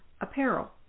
apparel